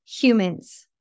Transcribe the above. humans